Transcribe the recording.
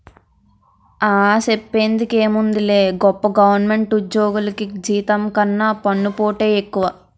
ఆ, సెప్పేందుకేముందిలే గొప్ప గవరమెంటు ఉజ్జోగులికి జీతం కన్నా పన్నుపోటే ఎక్కువ